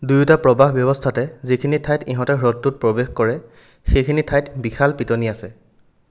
দুয়োটা প্ৰবাহ ব্যৱস্থাতে যিখিনি ঠাইত ইহঁতে হ্ৰদটোত প্ৰৱেশ কৰে সেইখিনি ঠাইত বিশাল পিতনি আছে